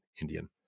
Indian